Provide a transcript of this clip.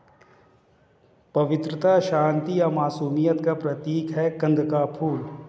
पवित्रता, शांति और मासूमियत का प्रतीक है कंद का फूल